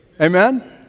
Amen